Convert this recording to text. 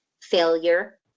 failure